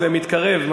זה מתקרב,